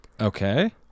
Okay